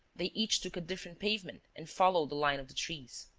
they each took a different pavement and followed the line of the trees.